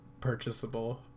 purchasable